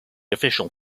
official